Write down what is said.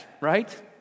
right